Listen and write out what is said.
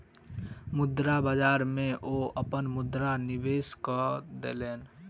मुद्रा बाजार में ओ अपन मुद्रा निवेश कय देलैन